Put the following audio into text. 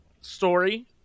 story